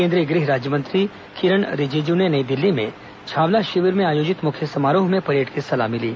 केंद्रीय गृह राज्यमंत्री किरेन रिजिजू ने नई दिल्ली में छावला शिविर में आयोजित मुख्य समारोह में परेड़ की सलामी ली